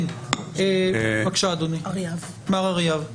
כן, בבקשה, מר אריאב.